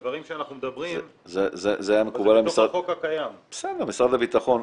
הדברים שאנחנו מדברים --- בסדר, משרד הביטחון,